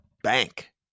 bank